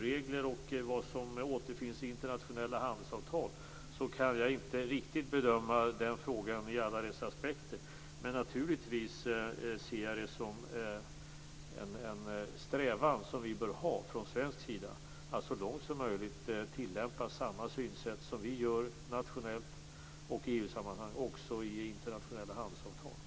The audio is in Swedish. regler och vad som återfinns i internationella handelsavtal kan jag inte riktigt bedöma i alla dess aspekter. Men naturligtvis ser jag det som en strävan som vi från svensk sida bör ha att så långt som möjligt också i internationella handelsavtal tillämpa det synsätt som vi har nationellt och i EU-sammanhang.